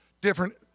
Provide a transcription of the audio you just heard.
different